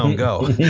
um go.